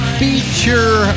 feature